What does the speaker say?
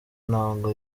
ntabwo